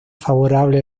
favorable